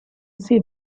see